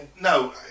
no